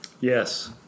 Yes